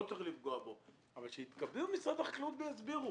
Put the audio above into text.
צריך לפגוע בו אבל שיתכבד משרד החקלאות ויסביר.